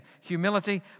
humility